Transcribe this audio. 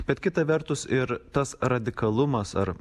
bet kita vertus ir tas radikalumas ar